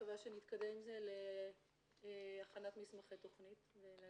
מקווה שנתקדם עם זה להכנת מסמכי תוכנית.